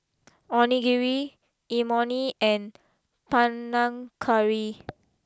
Onigiri Imoni and Panang Curry